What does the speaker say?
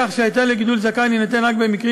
כך שההיתר לגידול זקן יינתן רק במקרים